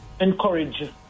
encourage